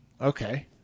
okay